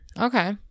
Okay